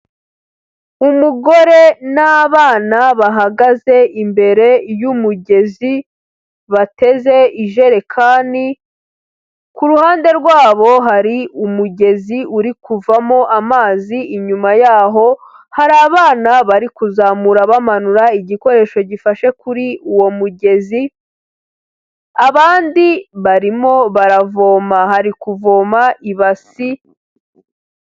Umugore n'abana bahagaze imbere y'umugezi bateze ijerekani, ku ruhande rwabo hari umugezi uri kuvamo amazi, inyuma yaho hari abana bari kuzamura bamanura igikoresho gifashe kuri uwo mugezi, abandi barimo baravoma hari kuvoma ibasi.